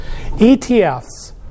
ETFs